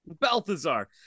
Balthazar